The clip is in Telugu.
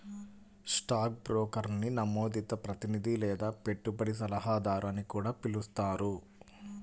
స్టాక్ బ్రోకర్ని నమోదిత ప్రతినిధి లేదా పెట్టుబడి సలహాదారు అని కూడా పిలుస్తారు